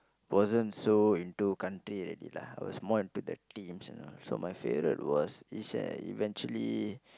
wasn't so into country already lah it was more into the teams you know so my favourite was is and eventually